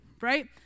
right